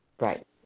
Right